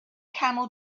camel